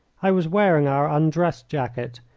i was wearing our undress jacket,